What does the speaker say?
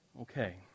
Okay